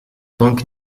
donc